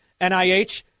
NIH